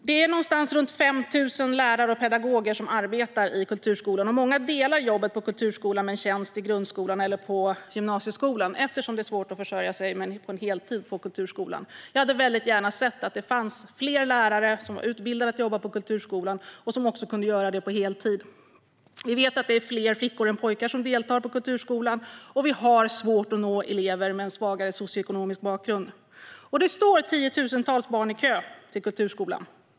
Det är omkring 5 000 lärare och pedagoger som arbetar i kulturskolan. Många delar jobbet i kulturskolan med en tjänst i grundskolan eller i gymnasieskolan, eftersom det är svårt att försörja sig på en heltid i kulturskolan. Jag hade mycket gärna sett att det fanns fler lärare som var utbildade att jobba i kulturskolan och som också kunde göra det på heltid. Vi vet att det är fler flickor än pojkar som deltar i kulturskolan, och vi har svårt att nå elever med en svagare socioekonomisk bakgrund. Det står tiotusentals barn i kö till kulturskolan.